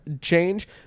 change